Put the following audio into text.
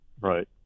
Right